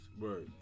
right